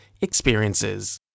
experiences